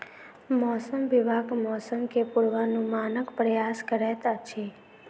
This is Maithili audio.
मौसम विभाग मौसम के पूर्वानुमानक प्रयास करैत अछि